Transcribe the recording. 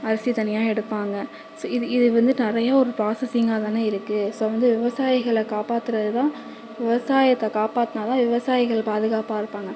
அரிசியை தனியாக எடுப்பாங்க ஸோ இது இது வந்துட்டு நிறையா ஒரு ப்ராசஸிங்காக தானே இருக்குது ஸோ வந்து விவசாயிகளை காப்பாத்துவது தான் விவசாயத்தை காப்பாத்தினா தான் விவசாயிகள் பாதுகாப்பாக இருப்பாங்க